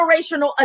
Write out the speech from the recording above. generational